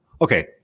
Okay